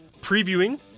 previewing